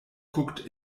guckt